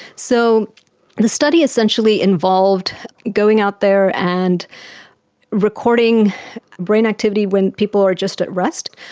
so the study essentially involved going out there and recording brain activity when people are just at rest,